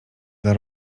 dla